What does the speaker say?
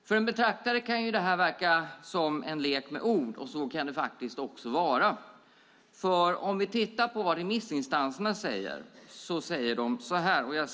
För en betraktare kan detta verka vara en lek med ord, och så kan det faktiskt vara. Låt oss åter se vad remissinstanserna säger.